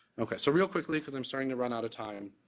okay. so, real quickly, because i'm starting to run out of time,